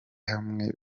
hamwe